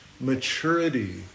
maturity